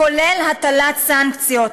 כולל הטלת סנקציות.